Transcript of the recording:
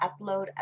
upload